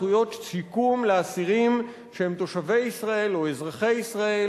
זכויות שיקום לאסירים שהם תושבי ישראל או אזרחי ישראל,